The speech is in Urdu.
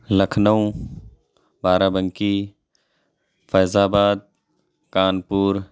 Lucknow Barabanki Faizabad Kanpur